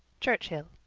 churchhill.